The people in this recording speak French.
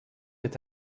est